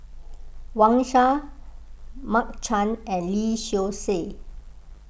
Wang Sha Mark Chan and Lee Seow Ser